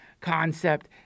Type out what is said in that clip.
concept